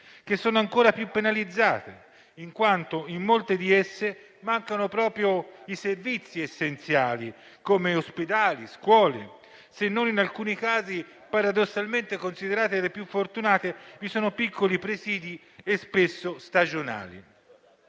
che sono ancora più penalizzate in quanto in molte di esse mancano proprio i servizi essenziali come ospedali e scuole. In alcuni casi, in quelle paradossalmente considerate le più fortunate vi sono piccoli presidi spesso stagionali.